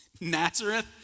Nazareth